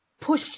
push